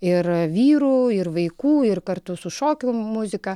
ir vyrų ir vaikų ir kartu su šokių muzika